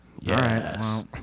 Yes